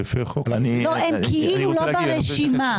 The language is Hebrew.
לא, הן כאילו לא ברשימה.